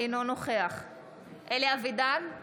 אינו נוכח אלי אבידר,